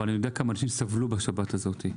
אבל אני יודע כמה אנשים סבלו בשבת הזאת.